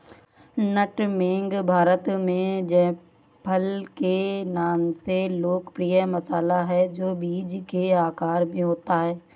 नट मेग भारत में जायफल के नाम से लोकप्रिय मसाला है, जो बीज के आकार में होता है